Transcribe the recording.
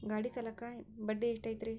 ಗಾಡಿ ಸಾಲಕ್ಕ ಬಡ್ಡಿ ಎಷ್ಟೈತ್ರಿ?